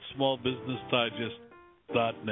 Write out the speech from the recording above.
smallbusinessdigest.net